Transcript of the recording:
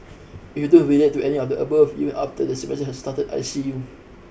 you don't relate to any other above even after the semester has started I see you